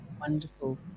wonderful